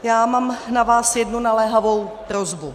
Já mám na vás jednu naléhavou prosbu.